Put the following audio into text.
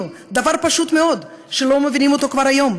דבר פשוט מאוד שכבר לא מבינים אותו היום,